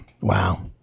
wow